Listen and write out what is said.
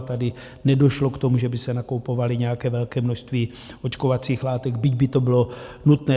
Tady nedošlo k tomu, že by se nakupovalo nějaké velké množství očkovacích látek, byť by to bylo nutné.